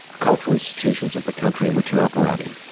cultural institutions of the country in which you're operating.